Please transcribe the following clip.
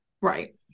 Right